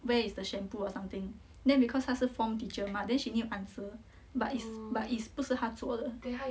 where is the shampoo or something then because 她是 form teacher mah then she need answer but it's but it's 不是她做的